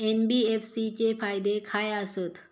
NBFC चे फायदे खाय आसत?